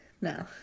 No